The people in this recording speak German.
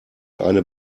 eine